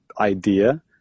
idea